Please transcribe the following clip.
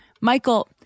Michael